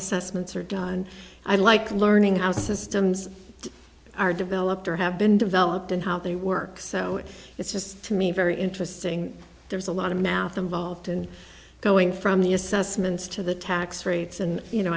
assessments are done and i like learning how systems are developed or have been developed and how they work so it's just to me very interesting there's a lot of math and vault and going from the assessments to the tax rates and you know